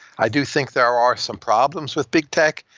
i do think there are some problems with big tech.